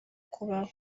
kubaho